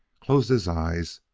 closed his eyes,